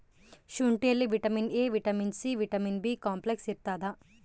ಶುಂಠಿಯಲ್ಲಿ vitamin A vitamin C vitamin B complex ಇರ್ತಾದ